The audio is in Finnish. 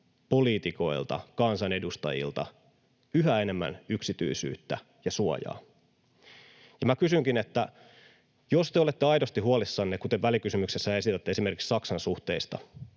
poliitikoilta, kansanedustajilta yhä enemmän yksityisyyttä ja suojaa. Ja minä kysynkin, että jos te olette aidosti huolissanne, kuten välikysymyksessä esitätte esimerkiksi Saksan-suhteista,